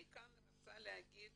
אני כאן רוצה להגיד